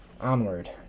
Onward